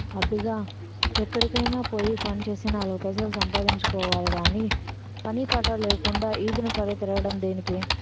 అబ్బిగా ఎక్కడికైనా పోయి పనిచేసి నాలుగు పైసలు సంపాదించుకోవాలి గాని పని పాటు లేకుండా ఈదిన పడి తిరగడం దేనికి?